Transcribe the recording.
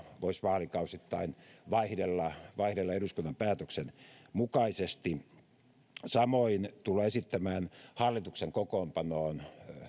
voisi vaalikausittain vaihdella vaihdella eduskunnan päätöksen mukaisesti samoin tullaan esittämään hallituksen kokoonpanoon